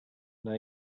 now